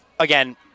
Again